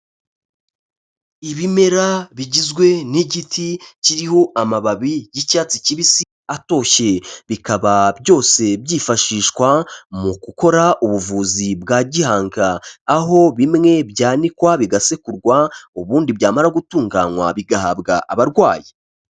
Ibimera bigizwe n'igiti kiriho amababi y'icyatsi kibisi atoshye, bikaba byose byifashishwa mu gukora ubuvuzi bwa gihanga, aho bimwe byanikwa bigasekurwa ubundi byamara gutunganywa bigahabwa abarwayi.